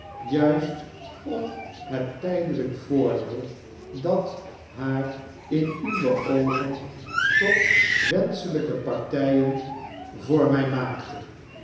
juist om het tijdelijk voordeel dat haar in uwe oogen tot wenschelijke partijen f barnaby rudge familiezaken voor mij maakte